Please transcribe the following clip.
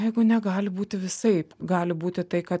o jeigu ne gali būti visaip gali būti tai kad